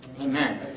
amen